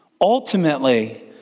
ultimately